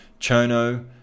Chono